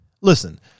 Listen